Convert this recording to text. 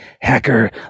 hacker